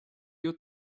your